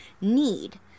need